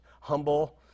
humble